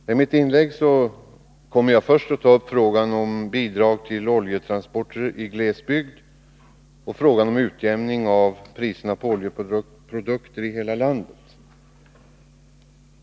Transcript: Herr talman! I mitt inlägg kommer jag först att ta upp frågan om bidrag till oljetransporter i glesbygd och frågan om en utjämning av priserna på oljeprodukter i hela landet.